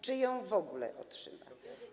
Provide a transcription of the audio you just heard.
Czy ją w ogóle otrzyma?